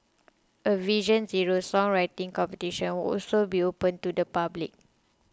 a Vision Zero songwriting competition will also be open to the public